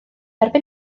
erbyn